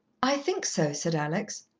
i think so, said alex.